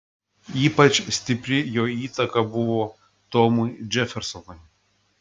ypač stipri jo įtaka buvo tomui džefersonui